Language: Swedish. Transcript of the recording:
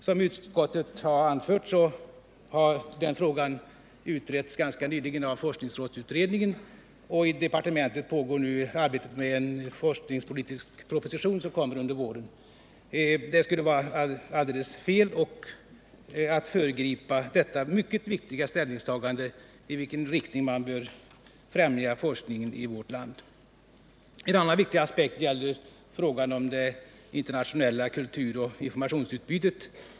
Som utskottet har anfört har den frågan utretts ganska nyligen av forskningsrådsutredningen, och i utbildningsdepartementet pågår nu arbetet med en forskningspolitisk proposition, som skall framläggas under våren. Det skulle vara alldeles fel att föregripa detta mycket viktiga ställningstagande till på vilket sätt man bör främja forskningen i vårt land. En annan viktig aspekt gäller frågan om det internationella kulturoch informationsutbytet.